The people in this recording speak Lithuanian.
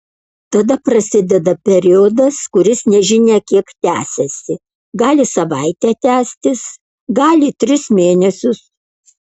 tada prasideda periodas kuris nežinia kiek tęsiasi gali savaitę tęstis gali tris mėnesius